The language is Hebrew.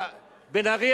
בן-ארי,